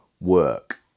work